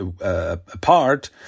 apart